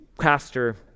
pastor